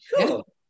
Cool